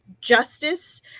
justice